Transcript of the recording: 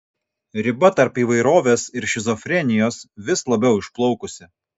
riba tarp įvairovės ir šizofrenijos vis labiau išplaukusi